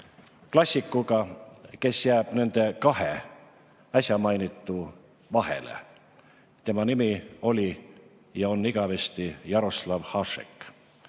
klassikuga, kes jääb nende kahe äsja mainitu vahele. Tema nimi oli ja on igavesti Jaroslav Hašek,